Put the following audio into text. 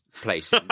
place